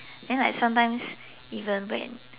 then like sometimes even when